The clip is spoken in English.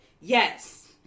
Yes